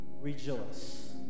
rejoice